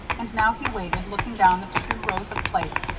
and now he waited, looking down at the two rows of plates,